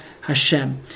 Hashem